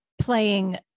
playing